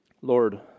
Lord